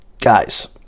Guys